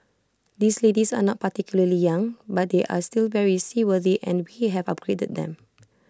these ladies are not particularly young but they are still very seaworthy and we have upgraded them